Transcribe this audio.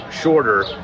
shorter